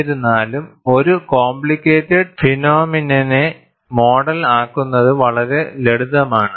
എന്നിരുന്നാലും ഒരു കോംപ്ലിക്കേറ്റഡ് ഫിനോമിനനെ മോഡൽ ആക്കുന്നത് വളരെ ലളിതമാണ്